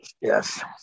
yes